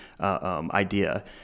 idea